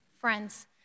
Friends